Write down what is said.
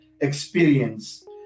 experience